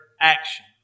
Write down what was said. action